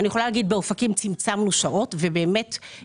אני יכולה להגיד שבאופקים צמצמנו שעות ויצרנו